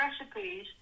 recipes